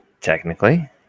Technically